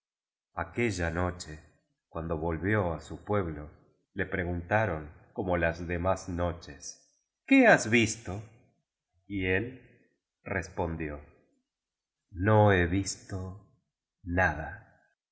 aquella noche cuando volvió á su pueblo le pre guntaron como las demás noches qué has visto y el res pondió no he visto nada